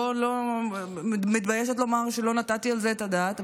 אני מתביישת לומר שלא נתתי על זה את הדעת.